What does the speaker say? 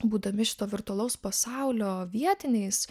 būdami šito virtualaus pasaulio vietiniais